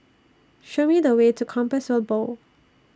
Show Me The Way to Compassvale Bow